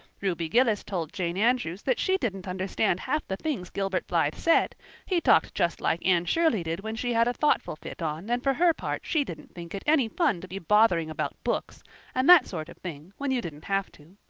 ruby gillis told jane andrews that she didn't understand half the things gilbert blythe said he talked just like anne shirley did when she had a thoughtful fit on and for her part she didn't think it any fun to be bothering about books and that sort of thing when you didn't have to.